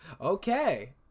Okay